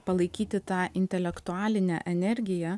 palaikyti tą intelektualinę energiją